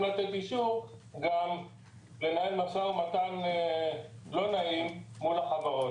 לתת אישור גם לנהל משא ומתן לא נעים מול החברות.